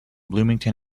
bloomington